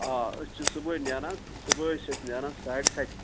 آ أسۍ چھِ صُبحٲے نیران صُبحٲے چھِ أسۍ نیران ساڑِ سَتھِ